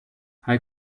hai